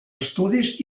estudis